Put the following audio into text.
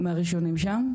מהראשונים שם,